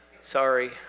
sorry